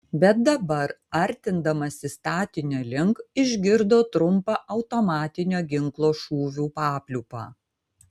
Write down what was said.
bet dabar artindamasi statinio link išgirdo trumpą automatinio ginklo šūvių papliūpą